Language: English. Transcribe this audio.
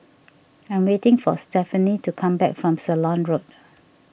I am waiting for Stephani to come back from Ceylon Road